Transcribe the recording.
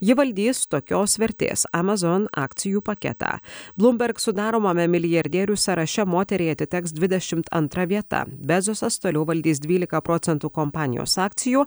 ji valdys tokios vertės emazon akcijų paketą blūmberg sudaromame milijardierių sąraše moteriai atiteks dvidešimt antra vieta bezosas toliau valdys dvylika procentų kompanijos akcijų